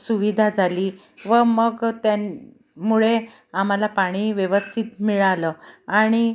सुविधा झाली व मग त्यामुळे आम्हाला पाणी व्यवस्थित मिळालं आणि